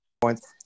points